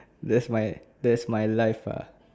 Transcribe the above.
that's my that's my life ah